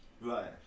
Right